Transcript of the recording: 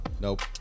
Nope